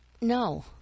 no